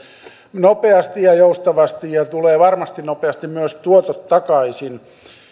nopeasti ja joustavasti ja tulevat varmasti nopeasti myös tuotot takaisin